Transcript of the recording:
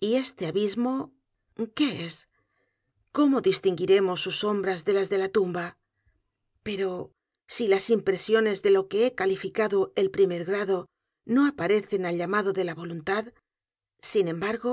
y este abismo qué e s cómo distinguiremos sus sombras de las de la t u m b a pero si las impresiones de lo que he calificado el primer grado no aparecen al llamado de la voluntad sin embargo